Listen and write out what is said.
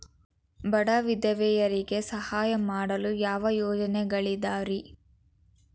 ಬಡ ವಿಧವೆಯರಿಗೆ ಸಹಾಯ ಮಾಡಲು ಯಾವ ಯೋಜನೆಗಳಿದಾವ್ರಿ?